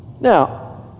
Now